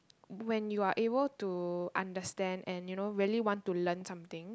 when you are able to understand and you know really want to learn something